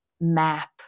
map